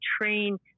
train